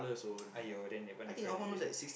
!aiyo! then that one different a bit lah